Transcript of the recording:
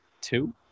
two